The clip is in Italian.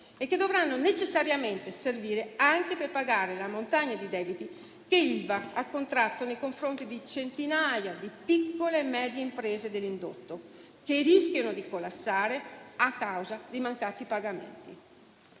e che dovranno necessariamente servire anche per pagare la montagna di debiti che Ilva ha contratto nei confronti di centinaia di piccole e medie imprese dell'indotto, che rischiano di collassare a causa dei mancati pagamenti.